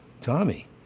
Tommy